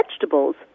vegetables